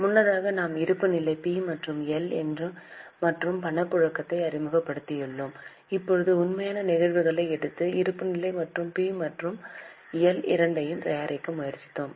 முன்னதாக நாம் இருப்புநிலை பி மற்றும் எல் மற்றும் பணப்புழக்கத்தை அறிமுகப்படுத்தியுள்ளோம் இப்போது உண்மையான நிகழ்வுகளை எடுத்து இருப்புநிலை மற்றும் பி மற்றும் எல் இரண்டையும் தயாரிக்க முயற்சிப்போம்